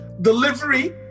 Delivery